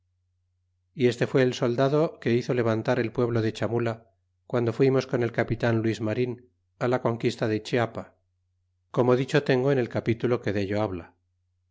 y este fué el soldado que hizo levantar el pueblo de chamula guando fuimos con el capitan luis marin la conquista de chiapa como dicho tengo en el capítulo que dello habla